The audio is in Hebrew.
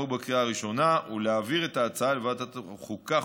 בקריאה הראשונה ולהעביר את ההצעה לוועדת החוקה,